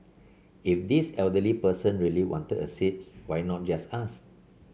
if this elderly person really wanted a seat why not just ask